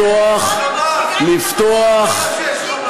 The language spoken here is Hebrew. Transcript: ה"חמאס" נשאר בגללכם.